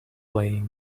playing